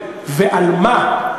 ועל מה,